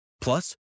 Plus